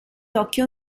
occhio